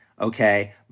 okay